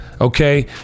okay